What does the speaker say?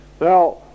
Now